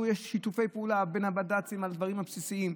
לא משנה שיש שיתופי פעולה בין הבד"צים לדברים הבסיסיים,